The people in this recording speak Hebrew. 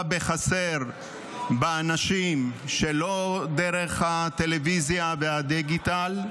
בחסר באנשים שלא דרך הטלוויזיה והדיגיטל,